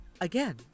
Again